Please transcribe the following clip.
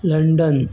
London